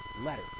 letter